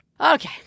Okay